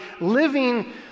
living